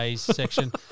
section